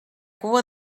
cua